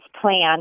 plan